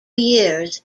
years